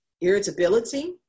irritability